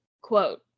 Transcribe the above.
quote